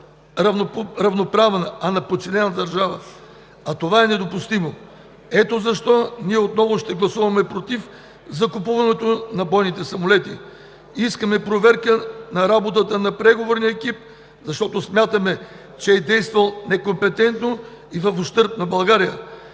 равноправна, а на подчинена държава, а това е недопустимо! Ето защо ние отново ще гласуваме „против“ закупуването на бойните самолети. Искаме проверка на работата на преговорния екип, защото смятаме, че е действал некомпетентно и в ущърб на България.